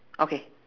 okay